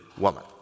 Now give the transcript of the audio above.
woman